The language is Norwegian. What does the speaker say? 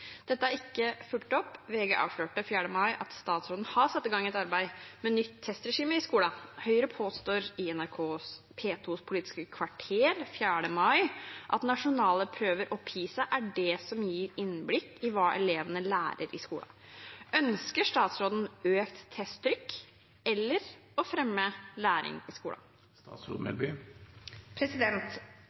Dette er ikke fulgt opp. VG avslørte 4. mai at statsråden har satt i gang et arbeid med nytt testregime i skolen. Høyre påstår i NRK P2s Politisk kvarter 4. mai at nasjonale prøver og PISA er det som gir innblikk i hva elevene lærer i skolen. Ønsker statsråden økt testtrykk eller å fremme læring i